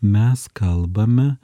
mes kalbame